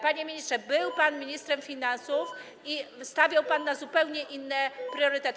Panie ministrze, był pan ministrem finansów i stawiał pan na zupełnie inne priorytety.